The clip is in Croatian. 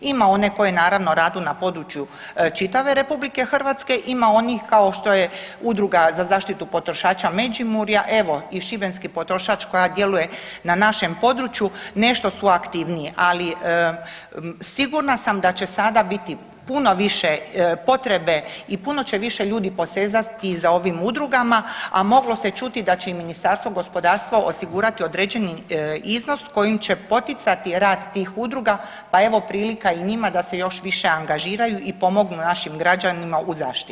Ima one koje naravno radu na području čitave RH, ima onih kao što je Udruga za zaštitu potrošača Međimurja, evo i Šibenski potrošač koja djeluje na našem području nešto su aktivnije, ali sigurna sam da će sada biti puno više potrebe i puno će više ljudi posezati za ovim udrugama, a moglo se čuti da će i Ministarstvo gospodarstva osigurati određeni iznos kojim će poticati rad tih udruga, pa evo prilika i njima da se još više angažiraju i pomognu našim građanima u zaštiti.